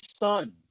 son